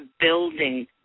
building